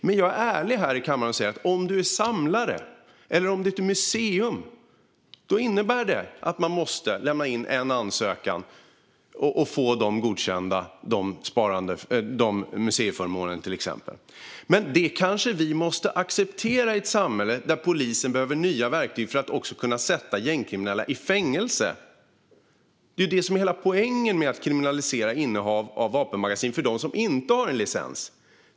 Men jag är ärlig här i kammaren och säger: Samlare och museum måste ansöka och få exempelvis museiföremålen godkända. Men det kanske vi måste acceptera i ett samhälle där polisen behöver nya verktyg för att kunna sätta gängkriminella i fängelse. Det är det som är hela poängen med att kriminalisera innehav av vapenmagasin för dem som inte har en licens.